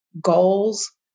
goals